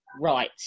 Right